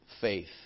faith